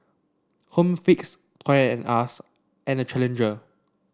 Home Fix Toy and Us and Challenger